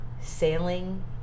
sailing